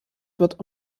wird